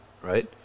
Right